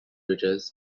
ridges